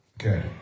Okay